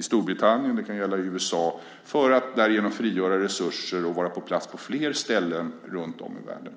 Storbritannien och USA - för att därigenom frigöra resurser och kunna vara på plats på fler ställen runtom i världen.